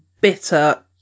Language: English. bitter